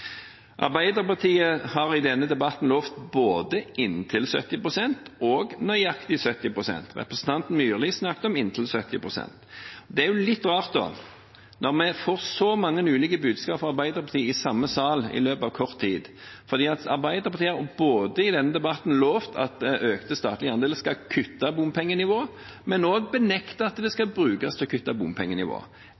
Arbeiderpartiet har i denne debatten lovt både inntil 70 pst. og nøyaktig 70 pst. finansiering. Representanten Myrli snakket om inntil 70 pst. Det er litt rart når vi får så mange ulike budskap fra Arbeiderpartiet i samme sal i løpet av kort tid, for Arbeiderpartiet har i denne debatten lovt at økte statlige andeler skal kutte bompengenivået, og også benektet at det skal